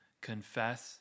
confess